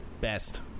best